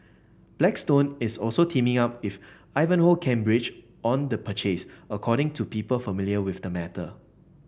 blackstone is also teaming up with Ivanhoe Cambridge on the purchase according to people familiar with the matter